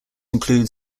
include